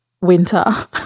winter